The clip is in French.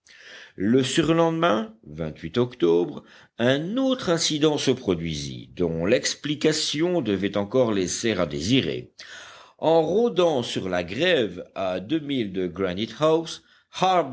le surlendemain octobre un autre incident se produisit dont l'explication devait encore laisser à désirer en rôdant sur la grève à deux milles de